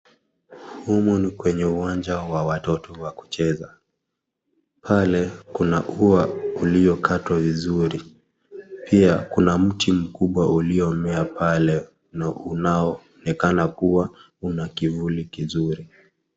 Humu ni kwenye uwanja wa watoto wa kucheza, pale kuna ua iliyokatwa vizuri , pia kuna mti uliomea pale. Kunaonekana kubwa na ina kivuli kizuri.